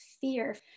fear